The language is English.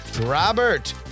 Robert